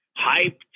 hyped